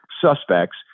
suspects